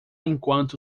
enquanto